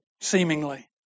seemingly